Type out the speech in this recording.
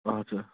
हजुर